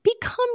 become